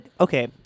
okay